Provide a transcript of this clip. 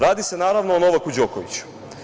Radi se naravno o Novaku Đokoviću.